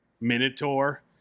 minotaur